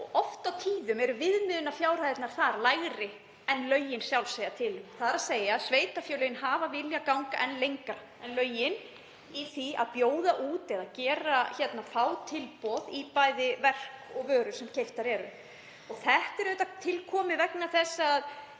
og oft og tíðum eru viðmiðunarfjárhæðirnar þar lægri en lögin sjálf segja til um, þ.e. sveitarfélögin hafa viljað ganga enn lengra en lögin í því að bjóða út eða fá tilboð í bæði verk og vörur sem keyptar eru. Þetta er auðvitað til komið vegna þess að